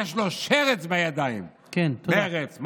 יש לו שרץ בידיים, מרצ.